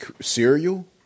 cereal